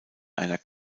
einer